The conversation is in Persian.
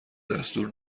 دستور